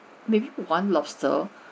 maybe one lobster